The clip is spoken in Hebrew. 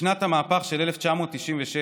בשנת המהפך של 1996,